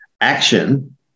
Action